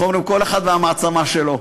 איך אומרים, כל אחד והמעצמה שלו.